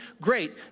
great